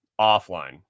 offline